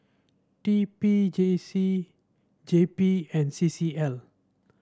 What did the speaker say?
T P J C J P and C C L